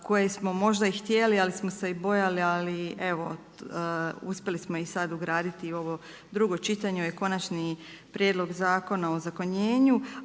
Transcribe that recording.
koje smo možda i htjeli ali smo se i bojali, ali evo uspjeli smo ih sada ugraditi u ovo drugo čitanje Konačni prijedlog Zakona o ozakonjenju.